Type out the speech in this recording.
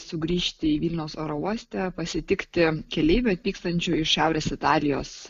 sugrįžti į vilniaus oro uoste pasitikti keleivių atvykstančių iš šiaurės italijos